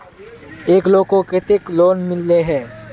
एक लोग को केते लोन मिले है?